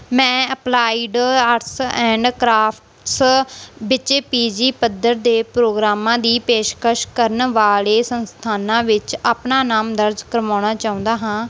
ਮੈਂ applied arts and crafts ਵਿੱਚ P G ਪੱਧਰ ਦੇ ਪ੍ਰੋਗਰਾਮਾਂ ਦੀ ਪੇਸ਼ਕਸ਼ ਕਰਨ ਵਾਲੇ ਸੰਸਥਾਨਾਂ ਵਿੱਚ ਆਪਣਾ ਨਾਮ ਦਰਜ ਕਰਵਾਉਣਾ ਚਾਹੁੰਦਾ ਹਾਂ